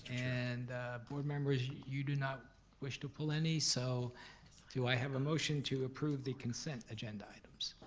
and board members, you do not wish to pull any, so do i have a motion to approve the consent agenda items?